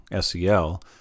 SEL